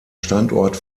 standort